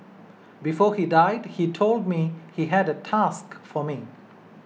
before he died he told me he had a task for me